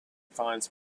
finds